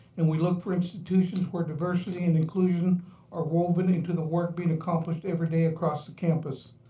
and we look for institutions where diversity and inclusion are woven into the work being accomplished every day across the campus.